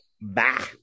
Bye